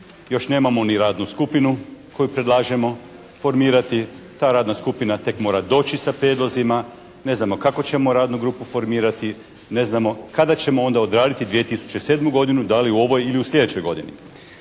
još nemamo ni radnu skupinu koju predlažemo formirati. Ta radna skupina tek mora doći sa prijedlozima, ne znamo kako ćemo radnu grupu formirati, ne znamo kada ćemo onda odraditi 2007. godinu, da li u ovoj ili u sljedećoj godini.